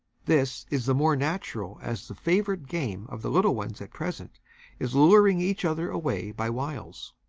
this is the more natural as the favourite game of the little ones at present is luring each other away by wiles.